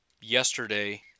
yesterday